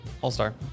all-star